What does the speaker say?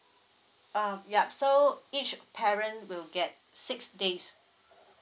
uh yup so each parent will get six days